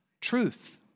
truth